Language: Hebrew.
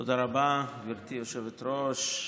תודה רבה, גברתי היושבת-ראש.